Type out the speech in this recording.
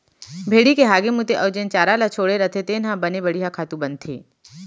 भेड़ी के हागे मूते अउ जेन चारा ल छोड़े रथें तेन ह बने बड़िहा खातू बनथे